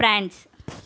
France